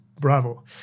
bravo